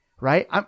right